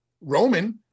roman